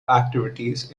activities